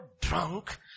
drunk